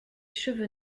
cheveux